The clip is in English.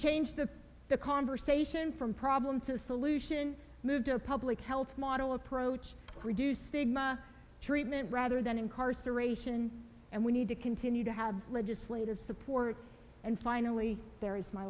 change the conversation from problem to solution move to a public health model approach reduce stigma treatment rather than incarceration and we need to continue to have legislative support and finally there is my